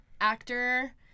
actor